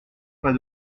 pas